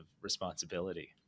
responsibility